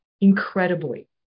incredibly